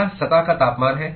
यह सतह का तापमान है